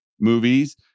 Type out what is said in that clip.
movies